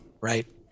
Right